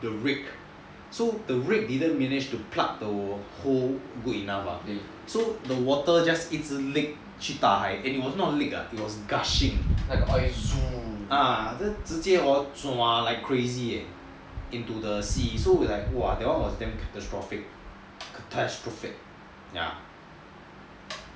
so the rake didn't manage to pluck the hole big enough so the water just 一直 leak 去海 it won't not leak ah you know it's like gushing 那种很像直接那种 zhua leh like crazy eh into the sea so that one was like damn catastrophic ya